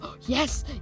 yes